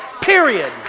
Period